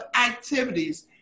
activities